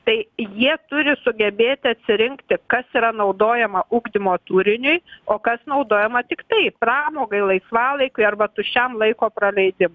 tai jie turi sugebėti atsirinkti kas yra naudojama ugdymo turiniui o kas naudojama tiktai pramogai laisvalaikiui arba tuščiam laiko praleidimui